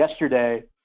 yesterday